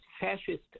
fascist